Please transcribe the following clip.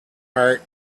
heart